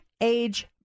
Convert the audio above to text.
age